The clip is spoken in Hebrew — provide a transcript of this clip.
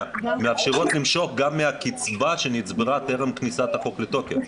הן מאפשרות למשוך גם מהקצבה שנצברה טרם כניסת החוק לתוקף.